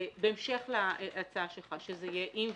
בהמשך להצעה שלך שזה יהיה עם ובלי,